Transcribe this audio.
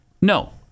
No